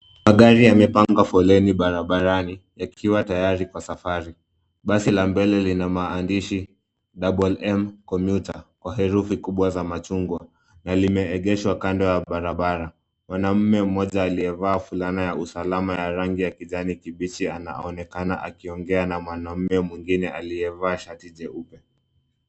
Magari yamepanga foleni barabarani yakiwa tayari kwa safari. Basi la mbele lina maandishi Double M Commuter kwa herufi kubwa za machungwa na limeegeshwa kando ya barabara. Mwanamume mmoja aliyevaa fulana ya usalama ya rangi ya kijani kibichi anaonekana akiongea na mwanamume mwingine aliyevaa shati jeupe.